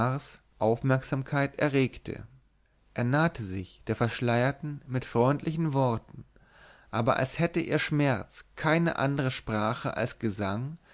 aufmerksamkeit erregte er nahte sich der verschleierten mit freundlichen worten aber als hätte ihr schmerz keine andere sprache als gesang